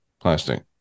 plastic